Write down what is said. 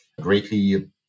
greatly